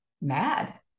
mad